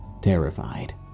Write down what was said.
terrified